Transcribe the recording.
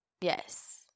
Yes